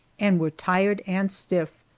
and were tired and stiff,